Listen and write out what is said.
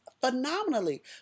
phenomenally